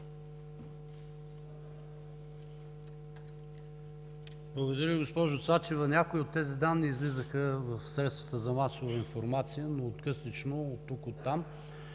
Благодаря, госпожо Цачева. Някои от тези данни излизаха в средствата за масова информация, но откъслечно, оттук-оттам.